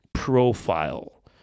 profile